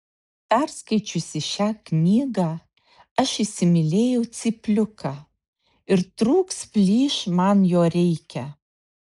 perskaičiusi šią knygą aš įsimylėjau cypliuką ir trūks plyš man jo reikia